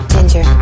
Ginger